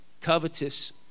covetous